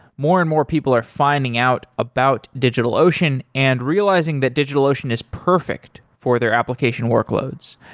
more and more people are finding out about digitalocean and realizing that digitalocean is perfect for their application workloads.